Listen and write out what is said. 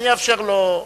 אני אאפשר לו,